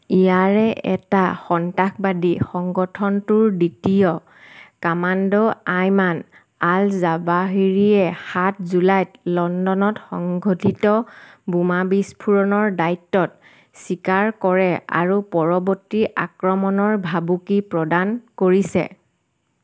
ইয়াৰে এটা সন্ত্ৰাসবাদী সংগঠনটোৰ দ্বিতীয় কামাণ্ডো আয়মান আল জাৱাহিৰীয়ে সাত জুলাইত লণ্ডনত সংঘটিত বোমা বিস্ফোৰণৰ দায়িত্বত স্বীকাৰ কৰে আৰু পৰৱৰ্তী আক্ৰমণৰ ভাবুকি প্ৰদান কৰিছে